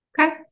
okay